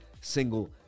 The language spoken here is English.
single